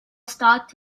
stocked